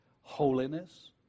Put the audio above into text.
holiness